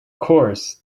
course